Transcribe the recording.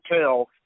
tell